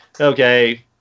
Okay